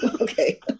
Okay